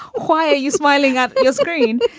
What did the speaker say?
why are you smiling at your screen?